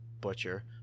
Butcher